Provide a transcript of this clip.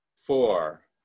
Four